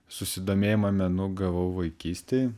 susidomėjimą menu gavau vaikystėj